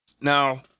Now